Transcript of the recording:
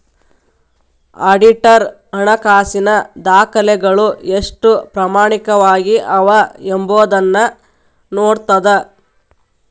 auditor ಹಣಕಾಸಿನ ದಾಖಲೆಗಳು ಎಷ್ಟು ಪ್ರಾಮಾಣಿಕವಾಗಿ ಅವ ಎಂಬೊದನ್ನ ನೋಡ್ತದ